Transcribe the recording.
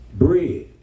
Bread